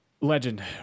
legend